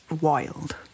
wild